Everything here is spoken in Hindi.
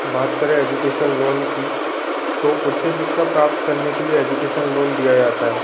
बात करें एजुकेशन लोन की तो उच्च शिक्षा प्राप्त करने के लिए एजुकेशन लोन दिया जाता है